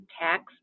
tax